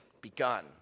begun